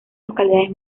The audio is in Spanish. localidades